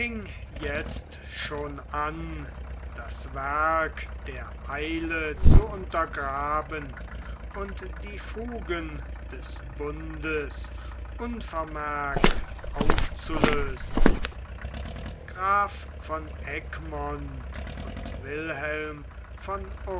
jetzt schon an das werk der eile zu untergraben und die fugen des bundes unvermerkt aufzulösen graf von egmont und wilhelm von